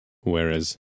whereas